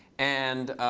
and